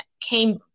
came